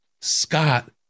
Scott